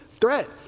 threat